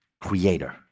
creator